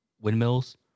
windmills